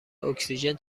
اکسیژن